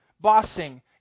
bossing